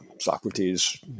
Socrates